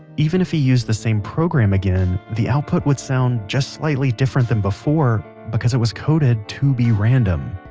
even if he used the same program again the output would sound just slightly different than before because it was coded to be random.